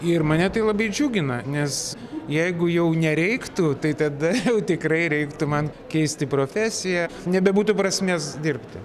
ir mane tai labai džiugina nes jeigu jau nereiktų tai tada jau tikrai reiktų man keisti profesiją nebebūtų prasmės dirbti